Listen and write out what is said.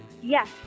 Yes